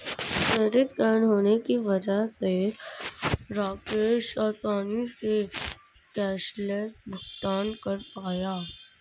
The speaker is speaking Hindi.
क्रेडिट कार्ड होने की वजह से राकेश आसानी से कैशलैस भुगतान कर पाया